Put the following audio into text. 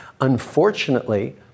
unfortunately